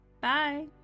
Bye